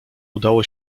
udało